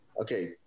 Okay